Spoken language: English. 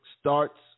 starts